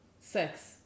sex